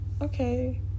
okay